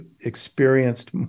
experienced